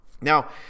Now